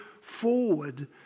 forward